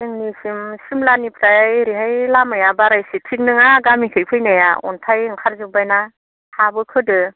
जोंनिसिम सिमलानिफ्राय ओरैहाय लामाया बाराद्राय थिक नङा जोंनिथिं फैनाया अन्थाइ ओंखारजोबबाय ना हाबो खोदों